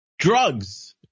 Drugs